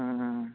ਹਮ